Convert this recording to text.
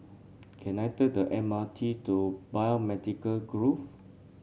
can I take the M R T to Biomedical Grove